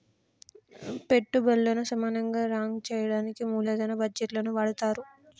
పెట్టుబల్లను సమానంగా రాంక్ చెయ్యడానికి మూలదన బడ్జేట్లని వాడతరు